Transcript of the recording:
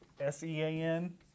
S-E-A-N